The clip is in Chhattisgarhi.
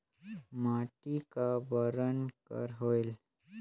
माटी का बरन कर होयल?